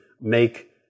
make